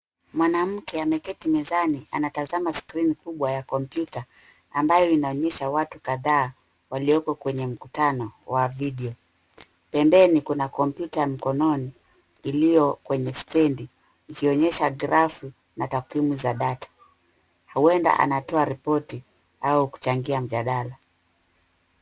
Mwanamke ameketi mezani anatazama skrini kubwa ya kompyuta, ambayo inaonyesha watu kadhaa walioko kwenye mkutano wa video . Pembeni kuna kompyuta ya mkononi iliyo kwenye stendi, ikionyesha grafu na takwimu za data. Huenda anatoa ripoti au kuchangia mjadala.